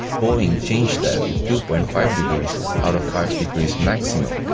boeing changed that to two point five degrees out of five degrees maximum.